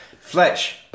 Fletch